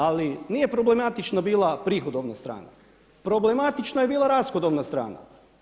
Ali nije problematična bila prihodovna strana, problematična je bila rashodovna strana.